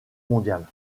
mondiale